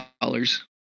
dollars